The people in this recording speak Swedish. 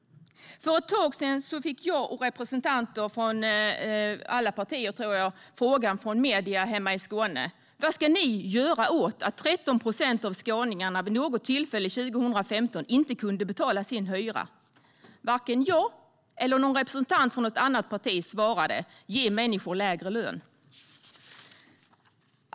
För ett tag sedan fick jag och representanter från alla partier, tror jag, en fråga från medierna hemma i Skåne: Vad ska ni göra åt att 13 procent av skåningarna vid något tillfälle 2015 inte kunde betala sin hyra? Varken jag eller någon representant från något annat parti svarade: Ge människor lägre lön.